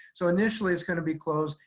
so initially it's gonna be closed.